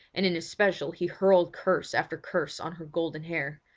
and in especial he hurled curse after curse on her golden hair.